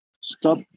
stop